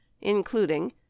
including